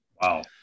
Wow